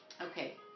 Okay